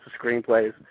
screenplays